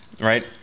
Right